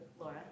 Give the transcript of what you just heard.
Laura